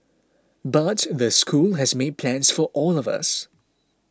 but the school has made plans for all of us